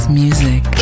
music